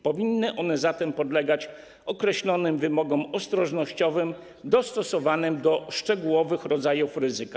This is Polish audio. Powinny one zatem podlegać określonym wymogom ostrożnościowym dostosowanym do szczegółowych rodzajów ryzyka.